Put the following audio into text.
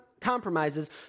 compromises